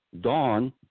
Dawn